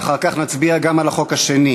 ואחר כך נצביע גם על החוק השני.